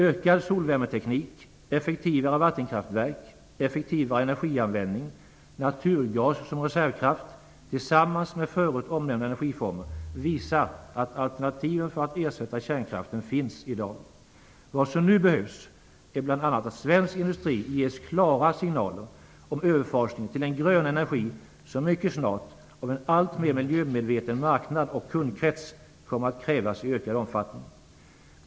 Ökad solvärmeteknik, effektivare vattenkraftverk, effektivare energianvändning, naturgas som reservkraft tillsammans med förut omnämnda energiformer visar att alternativen för att ersätta kärnkraften finns i dag. Vad som nu behövs är bl.a. att svensk industri ges klara signaler om överfasningen till den "gröna energi" som mycket snart i ökad omfattning kommer att krävas av en alltmer miljömedveten marknad och kundkrets.